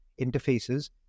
interfaces